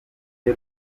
ryo